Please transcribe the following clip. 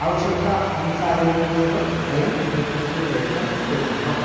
आवश्यकतायाः अनुसारेण एव वयम् एतस्य प्रयोगं कुर्मः